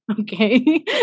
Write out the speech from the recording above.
Okay